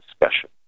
discussion